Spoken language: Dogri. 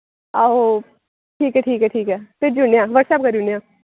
आहो ठीक ऐ ठीक ऐ ठीक ऐ भेजी ओड़ने आं वाट्सऐप करी ओड़ने आं